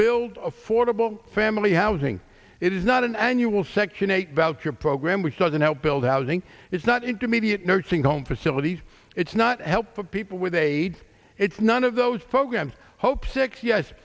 build affordable family housing it is not an annual section eight voucher program which doesn't help build housing it's not intermediate nursing home facilities it's not help for people with aids it's none of those programs hope six yes